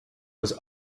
was